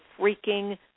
freaking